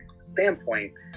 standpoint